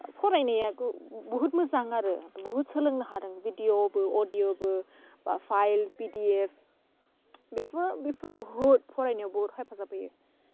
फरायनाया गो बुहुथ मोजां आरो बुहुथ सोलोंनो हादों भिडिअबो अडिअबो बा फाइल पिडिएफ बेफोर बेफोर बुहुथ फरायनायाव हेफाजाब होयो